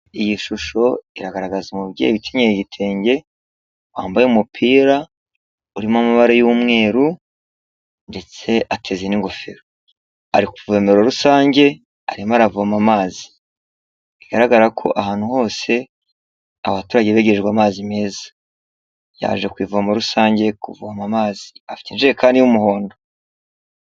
Iyi shusho iragaragaza umubyeyi ukenyera igitenge wambaye umupira urimo amabara y'umweru ndetse ateze n' ingofero ari ku ivome rusange arimo aravoma amazi bigaragara ko ahantu hose abaturage bigerijwe amazi meza yaje ku ivoma rusange kuvoma amazi afite ijekani y'umuhondo.